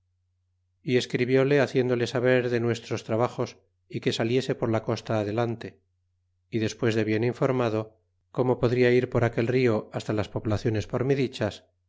y escriblóle haciéndole saber de nuestros trabajos y que saliese por la costa adelante y despues de bien informado como podría ir por aquel rio hasta las poblaciones por mi dichas